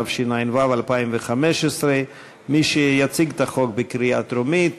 התשע"ו 2015. מי שיציג את הצעת החוק לקריאה טרומית